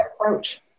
approach